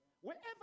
wherever